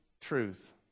truth